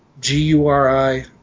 G-U-R-I